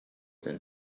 than